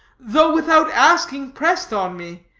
though without asking pressed on me.